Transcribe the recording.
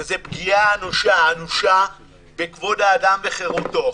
זאת פגיעה אנושה, אנושה בכבוד האדם וחירותו.